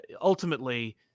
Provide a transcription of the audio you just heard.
ultimately